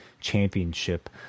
Championship